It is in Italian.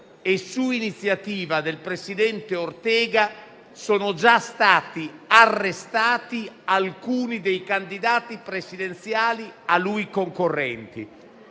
e, su iniziativa del presidente Ortega, sono già stati arrestati alcuni dei candidati presidenziali a lui concorrenti.